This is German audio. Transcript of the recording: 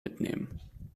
mitnehmen